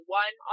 one